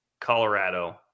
Colorado